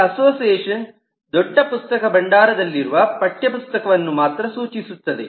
ಈ ಅಸೋಸಿಯೇಷನ್ ದೊಡ್ಡ ಪುಸ್ತಕ ಭಂಡಾರದಲ್ಲಿರುವ ಪಠ್ಯಪುಸ್ತಕವನ್ನು ಮಾತ್ರ ಸೂಚಿಸುತ್ತದೆ